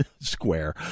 square